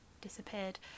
disappeared